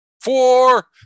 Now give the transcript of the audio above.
Four